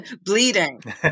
bleeding